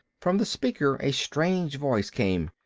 from the speaker a strange voice came.